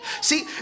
See